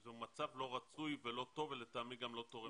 זה מצב לא רצוי ולא טוב ולטעמי גם לא תורם לחוויה.